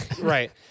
Right